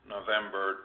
November